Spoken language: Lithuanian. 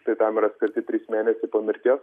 tai tam yra skirti trys mėnesiai po mirties